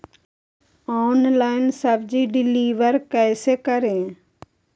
Online सब्जी deliver कैसे करें?